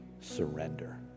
surrender